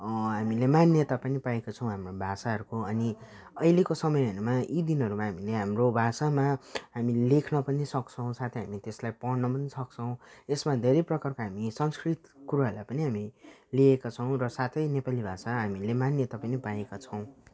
हामीले मान्यता पनि पाएका छौँ हाम्रो भाषाहरूको अनि अहिलेको समयहरूमा यी दिनहरूमा हामीले हाम्रो भाषामा हामी लेख्न पनि सक्छौँ साथै हामी त्यसलाई पढ्न पनि सक्छौँ यसमा धेरै प्रकारको हामी संस्कृत कुरोहरूलाई पनि हामी लिएका छौँ र साथै नेपाली भाषा हामीले मान्यता पनि पाएका छौँ